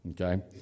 Okay